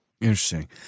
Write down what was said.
Interesting